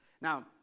Now